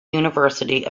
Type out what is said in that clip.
university